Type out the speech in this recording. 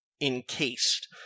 encased